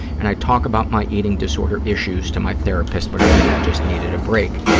and i talk about my eating disorder issues to my therapist, but i think i just needed a break.